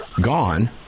gone